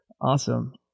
Awesome